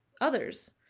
others